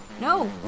No